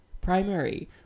primary